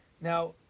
Now